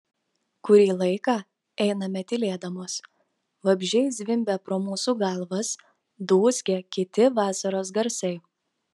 kurį laiką einame tylėdamos vabzdžiai zvimbia pro mūsų galvas dūzgia kiti vasaros garsai